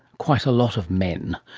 quite a lot of men.